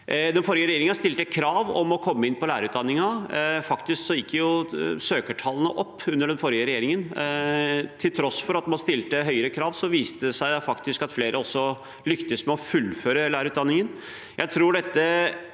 Den forrige regjeringen stilte krav om å komme inn på lærerutdanningen. Faktisk gikk søkertallene opp under den forrige regjeringen. Til tross for at man stilte høyere krav viste det seg at flere også lyktes med å fullføre lærerutdanningen.